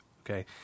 okay